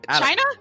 china